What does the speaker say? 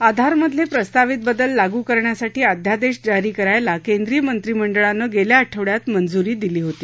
आधारमधलक्रिस्तावित बदल लागू करण्यासाठी अध्यादक्षकजारी करायला केंद्रीय मंत्रिमंडळानक् गल्वा आठवड्यात मंजूरी दिली होती